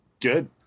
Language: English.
Good